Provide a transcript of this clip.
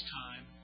time